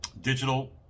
digital